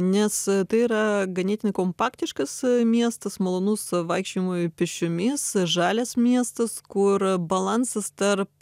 nes tai yra ganėtinai kompaktiškas miestas malonus vaikščiojimui pėsčiomis žalias miestas kur balansas tarp